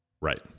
Right